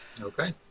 Okay